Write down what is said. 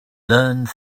learned